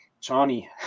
johnny